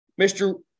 Mr